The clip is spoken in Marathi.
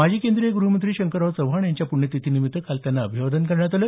माजी केंद्रीय ग्रहमंत्री शंकरराव चव्हाण यांच्या प्रण्यतिथी निमित्त काल त्यांना अभिवादन करण्यात आलं